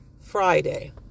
Friday